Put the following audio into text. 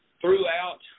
throughout